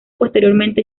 posteriormente